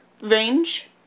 range